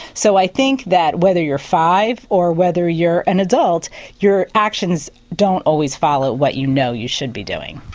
so i think that whether you're five or whether you're an adult your actions don't always follow what you know you should be doing.